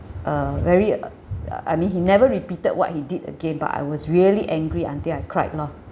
uh very uh uh I mean he never repeated what he did again but I was really angry until I cried loh